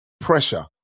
pressure